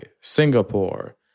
Singapore